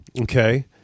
Okay